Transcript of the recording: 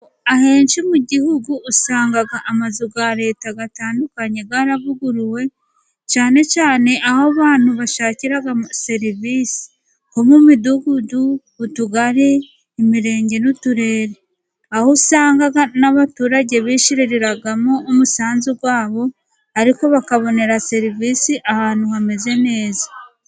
Ahenshi mu gihugu usanga amazu ya Leta atandukanye yaravuguruwe cyane cyane aho abantu bashakira serivisi nko mu midugudu, utugari , imirenge n'uturere. Aho usanga n'abaturage bishyiriramo umusanzu wabo ariko bakabonera serivisi ahantu hameze neza.